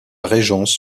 régence